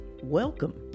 Welcome